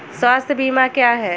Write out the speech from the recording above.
स्वास्थ्य बीमा क्या है?